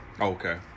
Okay